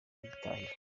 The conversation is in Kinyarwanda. bitahira